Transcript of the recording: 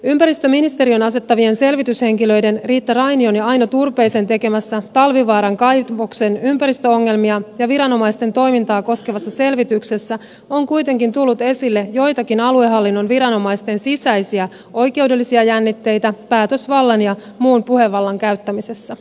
ympäristöministeriön asettamien selvityshenkilöiden riitta rainion ja aino turpeisen tekemässä talvivaaran kaivoksen ympäristöongelmia ja viranomaisten toimintaa koskevassa selvityksessä on kuitenkin tullut esille joitakin aluehallinnon viranomaisten sisäisiä oikeudellisia jännitteitä päätösvallan ja muun puhevallan käyttämisessä